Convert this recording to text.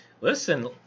Listen